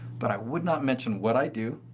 but i would not mention what i do.